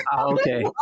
Okay